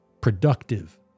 productive